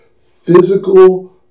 physical